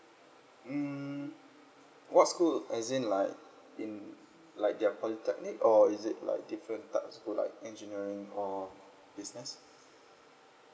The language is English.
mm what school as in like in like their polytechnic or is it like different type of school like engineering or business